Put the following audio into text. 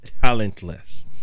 talentless